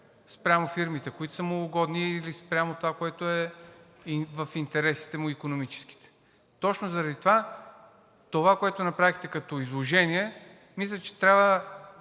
спрямо фирмите, които са му угодни, или спрямо това, което е в икономическите му интереси. Точно заради това това, което направихте като изложение, мисля, че трябва